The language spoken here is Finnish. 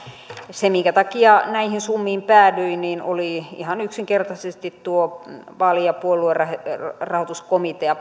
se minkä takia näihin summiin päädyin oli ihan yksinkertaisesti parlamentaarinen vaali ja puoluerahoituskomitea